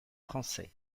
français